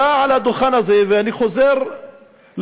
עלה על הדוכן הזה, ואני חוזר ל-1985,